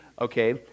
okay